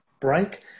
break